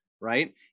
right